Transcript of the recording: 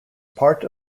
part